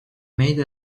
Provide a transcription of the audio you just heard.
made